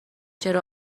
چرا